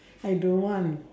I don't want